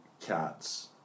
Cats